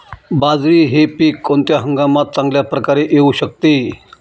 बाजरी हे पीक कोणत्या हंगामात चांगल्या प्रकारे येऊ शकते?